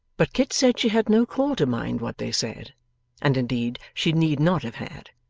but kit said she had no call to mind what they said and indeed she need not have had,